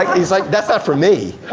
like he's like that's not for me.